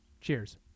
Cheers